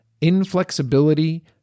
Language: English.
inflexibility